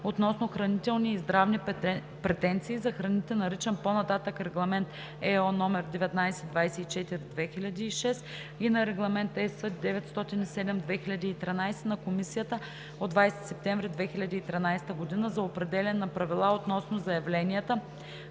относно хранителни и здравни претенции за храните, наричан по-нататък „Регламент (ЕО) № 1924/2006“ и на Регламент (ЕС) № 907/2013 на Комисията от 20 септември 2013 г. за определяне на правила относно заявленията